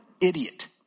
idiot